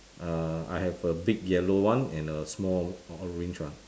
err I have a big yellow one and a small orange one